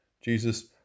Jesus